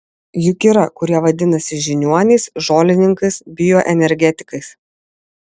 juk yra kurie vadinasi žiniuoniais žolininkais bioenergetikais